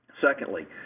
Secondly